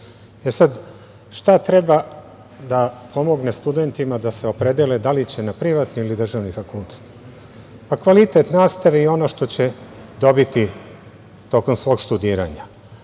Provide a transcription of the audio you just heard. bude. Sada, šta treba da pomogne studentima da se opredele da li će na privatni ili državni fakultet? Kvalitet nastave i ono što će dobiti tokom svog studiranja,